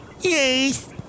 Yes